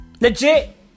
Legit